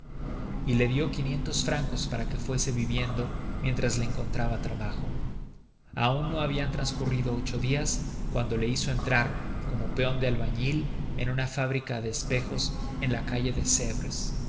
y le dio quinientos francos para que fuese viviendo mientras le encontraba trabajo aún no habían transcurrido ocho días cuando le hizo entrar como peón de albañil en una fábrica de espejos de la calle de